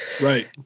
Right